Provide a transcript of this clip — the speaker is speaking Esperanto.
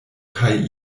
kaj